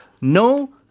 no